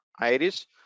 Iris